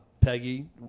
Peggy